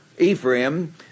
Ephraim